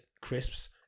crisps